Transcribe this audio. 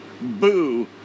boo